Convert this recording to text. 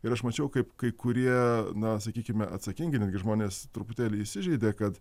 ir aš mačiau kaip kai kurie na sakykime atsakingi netgi žmonės truputėlį įsižeidė kad